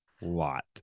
lot